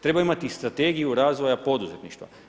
Treba imati Strategiju razvoja poduzetništva.